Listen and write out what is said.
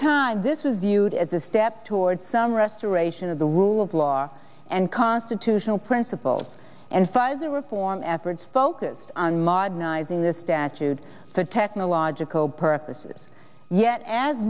time this is viewed as a step toward some restoration of the rule of law and constitutional principles and pfizer reform efforts focused on modernizing this statute to technological purposes yet as